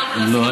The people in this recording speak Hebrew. לא,